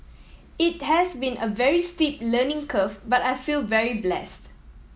it has been a very steep learning curve but I feel very blessed